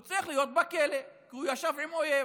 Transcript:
הוא צריך להיות בכלא, כי הוא ישב עם אויב.